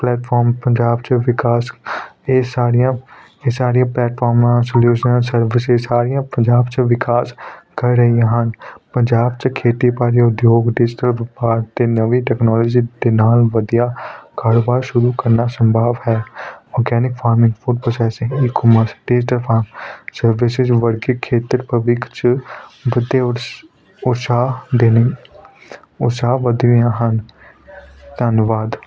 platform Punjab 'ਚ ਵਿਕਾਸ ਇਹ ਸਾਰੀਆਂ ਇਹ ਸਾਰੀਆਂ ਪਲੇਟਫਾਰਮਾਂ ਸਿਲੀਉਸ਼ਨਲ ਸਰਵਿਸਸ ਸਾਰੀਆਂ ਪੰਜਾਬ 'ਚ ਵਿਕਾਸ ਕਰ ਰਹੀਆਂ ਹਨ ਪੰਜਾਬ ਦੇ ਖੇਤੀਬਾੜੀ ਉਦਯੋਗ ਡਿਜੀਟਲ ਵਪਾਰ ਅਤੇ ਨਵੀਂ ਟੈਕਨੋਲੋਜੀ ਦੇ ਨਾਲ ਵਧੀਆ ਕਾਰੋਬਾਰ ਸ਼ੁਰੂ ਕਰਨਾ ਸੰਭਵ ਹੈ organic farming food processing e commerce digital farm services ਵਰਗੇ ਖੇਤਰ ਭਵਿੱਖ 'ਚ ਵੱਡੇ ਉਤਸਾ ਉਤਸਾਹ ਦੇਣ ਉਤਸਾਹ ਵਧੀਆ ਹਨ ਧੰਨਵਾਦ